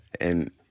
And-